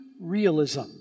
realism